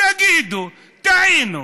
תגידו: טעינו.